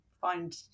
find